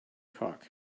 cock